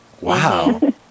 wow